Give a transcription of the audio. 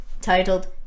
titled